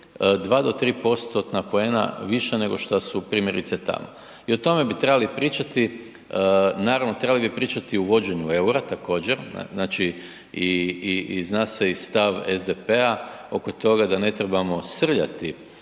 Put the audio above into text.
2 do 3%-tna poena više nego što su primjerice tamo. I o tome bi trebali pričati, naravno trebali bi pričati o uvođenju EUR-a također, znači i zna se i stav SDP-a oko toga da ne trebamo srljati